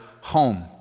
home